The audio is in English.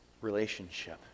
relationship